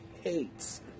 hates